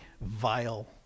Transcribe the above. vile